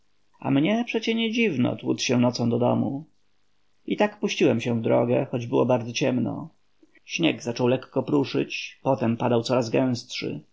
a mnie przecie nie dziwno tłuc się nocą do domu i tak puściłem się w drogę choć było bardzo ciemno śnieg zaczął lekko pruszyć potem padał coraz gęstszy